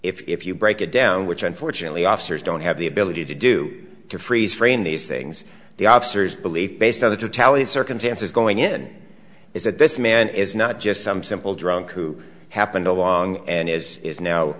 if you break it down which unfortunately officers don't have the ability to do to freeze frame these things the officers believe based on the totality of circumstances going in is that this man is not just some simple drunk who happened along and is is now